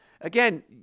again